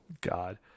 God